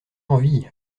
envie